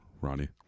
Ronnie